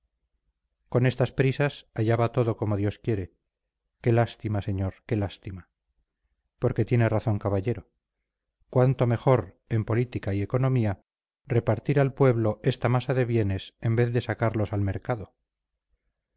con estas prisas allá va todo como dios quiere qué lástima señor qué lástima porque tiene razón caballero cuánto mejor en política y economía repartir al pueblo esta masa de bienes en vez de sacarlos al mercado